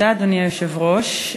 אדוני היושב-ראש,